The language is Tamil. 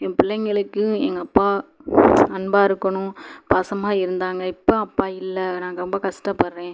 என் பிள்ளைங்களுக்கும் எங்கள் அப்பா அன்பாக இருக்கணும் பாசமாக இருந்தாங்கள் இப்போ அப்பா இல்லை நான் இங்கே ரொம்ப கஸ்டப்படுறேன்